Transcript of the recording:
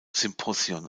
symposion